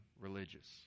religious